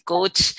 Coach